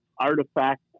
artifact